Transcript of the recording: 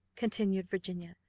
continued virginia,